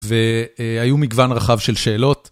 והיו מגוון רחב של שאלות.